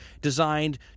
designed